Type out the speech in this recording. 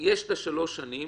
יש שלוש שנים